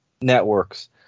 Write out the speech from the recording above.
networks